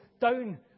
down